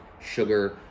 sugar